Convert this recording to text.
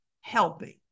helping